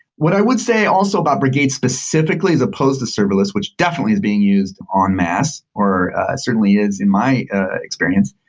what i would say also about brigade specifically, as supposed to serverless, which definitely is being used on mass or certainly is in my experience,